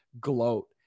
gloat